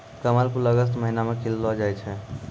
कमल फूल अगस्त महीना मे खिललो जाय छै